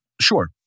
Sure